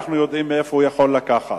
אנחנו יודעים מאיפה הוא יכול לקחת.